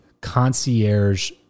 concierge